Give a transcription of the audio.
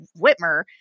Whitmer